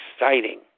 exciting